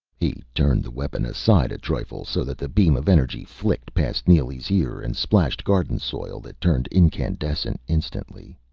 he turned the weapon aside a trifle, so that the beam of energy flicked past neely's ear and splashed garden soil that turned incandescent, instantly.